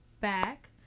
back